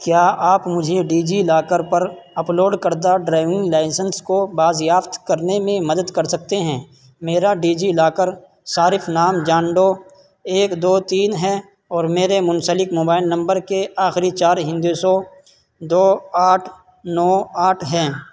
کیا آپ مجھے ڈیجیلاکر پر اپلوڈ کردہ ڈرائیونگ لائسنس کو بازیافت کرنے میں مدد کر سکتے ہیں میرا ڈیجیلاکر صارف نام جان ڈو ایک دو تین ہیں اور میرے منسلک موبائل نمبر کے آخری چار ہندسوں دو آٹھ نو آٹھ ہیں